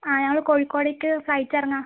ആ ഞങ്ങൾ കോഴിക്കോടേക്ക് ഫ്ലൈറ്റ് ഇറങ്ങാ